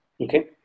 Okay